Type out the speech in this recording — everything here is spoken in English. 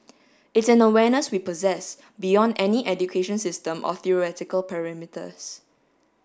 it's an awareness we possess beyond any education system or theoretical perimeters